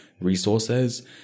resources